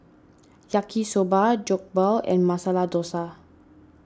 Yaki Soba Jokbal and Masala Dosa